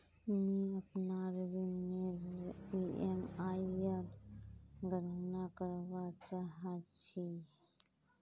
मि अपनार ऋणनेर ईएमआईर गणना करवा चहा छी